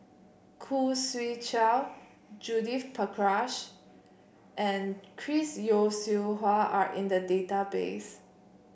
Khoo Swee Chiow Judith Prakash and Chris Yeo Siew Hua are in the database